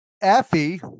Effie